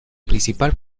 principal